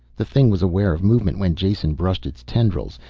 the thing was aware of movement when jason brushed its tendrils.